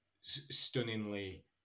stunningly